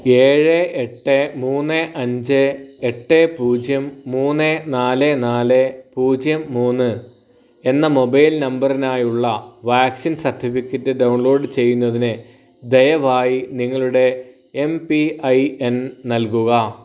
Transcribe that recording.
ഏഴ് എട്ട് മൂന്ന് അഞ്ച് എട്ട് പൂജ്യം മൂന്ന് നാല് നാല് പൂജ്യം മൂന്ന് എന്ന മൊബൈൽ നമ്പറിനായുള്ള വാക്സിൻ സർട്ടിഫിക്കറ്റ് ഡൗൺലോഡ് ചെയ്യുന്നതിന് ദയവായി നിങ്ങളുടെ എം പി ഐ എൻ നൽകുക